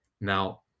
Now